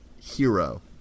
hero